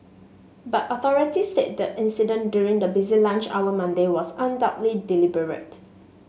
but authorities said the incident during the busy lunch hour Monday was undoubtedly deliberate